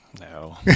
No